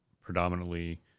predominantly